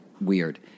weird